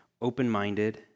open-minded